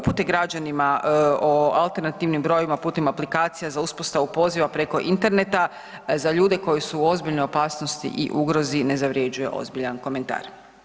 Upute građanima o alternativnim brojevima putem aplikacija za uspostavu poziva preko interneta za ljude koji su u ozbiljnoj opasnosti i ugrozi ne zavrjeđuje ozbiljan komentar.